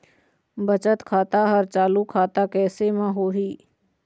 बचत खाता हर चालू खाता कैसे म होही?